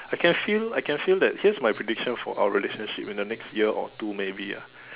I can feel I can feel that here's my prediction for our relationship in the next year or two maybe ah